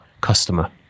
customer